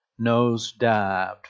nosedived